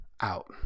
out